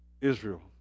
Israel